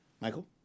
Michael